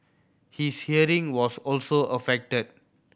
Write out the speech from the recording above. his hearing was also affected